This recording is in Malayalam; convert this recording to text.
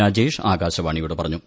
രാജേഷ് ആകാശവാണിയോട് പറഞ്ഞു